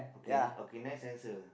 okay okay next answer